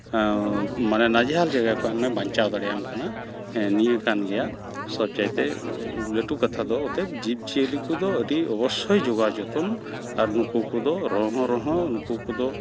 ᱢᱟᱱᱮ ᱱᱟᱡᱮᱦᱟᱞ ᱡᱟᱭᱜᱟ ᱠᱷᱚᱱ ᱟᱢᱮᱭ ᱵᱟᱲᱪᱟᱣ ᱫᱟᱲᱮᱣᱟᱢ ᱠᱟᱱᱟ ᱱᱤᱭᱟᱹ ᱠᱟᱱ ᱜᱮᱭᱟ ᱥᱚᱵᱽ ᱪᱟᱭᱛᱮ ᱞᱟᱹᱴᱩ ᱠᱟᱛᱷᱟ ᱫᱚ ᱚᱛᱚᱭᱮᱵᱽ ᱡᱤᱵᱽᱼᱡᱤᱭᱟᱹᱞᱤ ᱟᱹᱰᱤ ᱚᱵᱵᱳᱥᱳᱭ ᱡᱚᱜᱟᱣ ᱡᱚᱛᱚᱱ ᱟᱨ ᱱᱩᱠᱩ ᱠᱚᱫᱚ ᱨᱚᱲ ᱦᱚᱸ ᱨᱚᱲ ᱦᱚᱸ ᱱᱩᱠᱩ ᱠᱚᱫᱚ